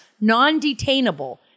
non-detainable